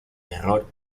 terror